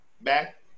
back